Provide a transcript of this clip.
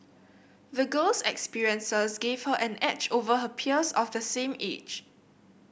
the girl's experiences gave her an edge over her peers of the same age